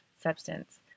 substance